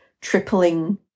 tripling